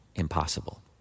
impossible